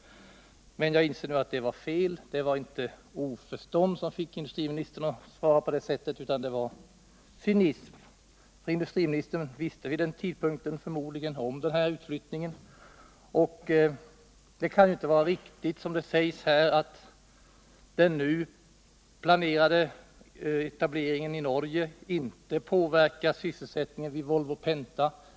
Men jag inser nu att det var fel. Det var inte oförstånd som fick industriministern att svara på det här sättet, utan det var cynism. Industriministern visste vid den här tidpunkten förmodligen om utflyttningen. Det kan inte vara riktigt, som det sägs här i svaret, att den nu planerade etableringen i Norge inte påverkat sysselsättningen vid Volvo Penta.